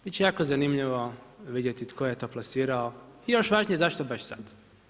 Bit će jako zanimljivo vidjeti tko je to plasirao i još važnije zašto baš sada.